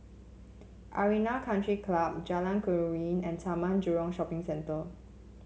Arena Country Club Jalan Keruing and Taman Jurong Shopping Centre